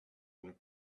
and